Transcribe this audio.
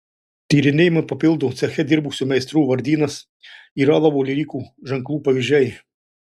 tyrinėjimą papildo ceche dirbusių meistrų vardynas ir alavo liejikų ženklų pavyzdžiai